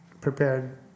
prepared